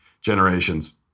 generations